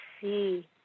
see